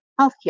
healthcare